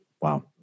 Wow